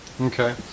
Okay